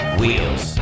wheels